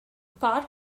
park